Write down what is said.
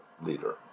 leader